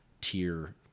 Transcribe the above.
tier